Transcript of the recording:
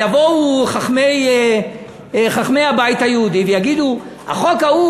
יבואו חכמי הבית היהודי ויגידו: החוק ההוא